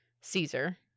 Caesar